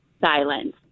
silence